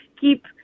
keep